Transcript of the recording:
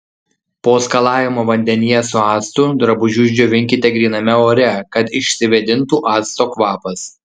po skalavimo vandenyje su actu drabužius džiovinkite gryname ore kad išsivėdintų acto kvapas